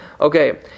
Okay